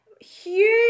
huge